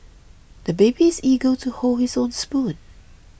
the baby is eager to hold his own spoon